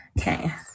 okay